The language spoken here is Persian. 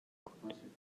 بود